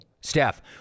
Steph